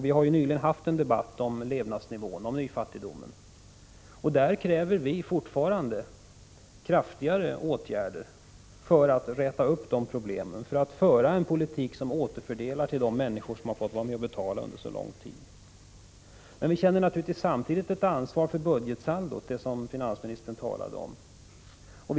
Vi har nyligen haft en debatt om levnadsnivån, om nyfattigdomen. Vi kräver fortfarande mer kraftfulla åtgärder för att rätta till problemen. Vi vill att regeringen skall föra en politik där man återfördelar till de människor som under så lång tid har fått vara med och betala. Men vi känner naturligtvis samtidigt ett ansvar för budgetsaldot, som finansministern talade om.